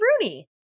Rooney